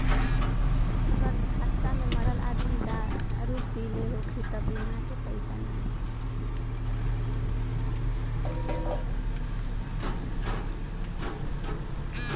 अगर हादसा में मरल आदमी दारू पिले होखी त बीमा के पइसा ना मिली